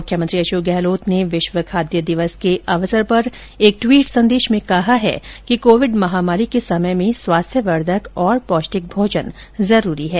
मुख्यमंत्री अशोक गहलोत ने विश्व खाद्य दिवस के अवसर पर एक टवीट संदेश में कहा है कि कोविड महामारी के समय में स्वास्थ्यवर्धक और पौष्टिक भोजन जरूरी है